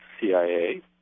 CIA